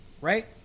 right